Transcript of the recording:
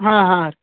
ಹಾಂ ಹಾಂ ರೀ